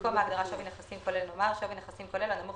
במקום ההגדרה "שווי נכסים כולל" נאמר: ""שווי נכסים כולל" הנמוך